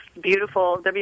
Beautiful